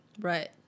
Right